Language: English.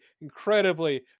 incredibly